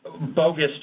bogus